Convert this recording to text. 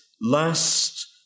last